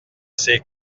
ses